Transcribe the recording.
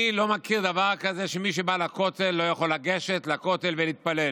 אני לא מכיר דבר כזה שמי שבא לכותל לא יכול לגשת לכותל ולהתפלל.